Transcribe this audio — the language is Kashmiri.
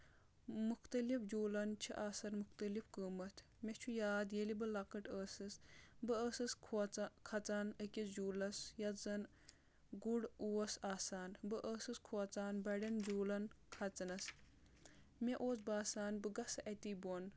مُختلف جوٗلن چھِ آسان مختلف قۭمتھ مےٚ چھُ یاد ییٚلہِ بہٕ لۄکٕٹ ٲسٕس بہٕ ٲسٕس کھوژان کھژان أکِس جوٗلس یتھ زن گُر اوس آسان بہٕ ٲسٕس کھوژان بَڑؠن جوٗلن کھژنَس مےٚ اوس باسان بہٕ گژھٕ اَتی بۄن